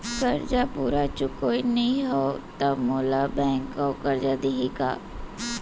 करजा पूरा चुकोय नई हव त मोला बैंक अऊ करजा दिही का?